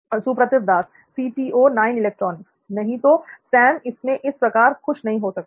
सुप्रतिव दास नहीं तो सैम इसमें इस प्रकार खुश नहीं हो सकता है